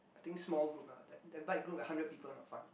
I think small group lah that that bike group had hundred people not fun